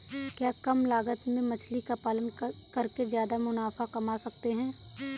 क्या कम लागत में मछली का पालन करके ज्यादा मुनाफा कमा सकते हैं?